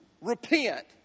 Repent